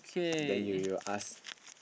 then you you ask